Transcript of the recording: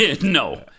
No